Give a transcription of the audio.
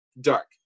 dark